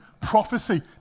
prophecy